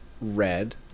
red